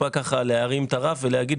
טיפה להרים את הרף ולהגיד,